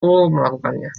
melakukannya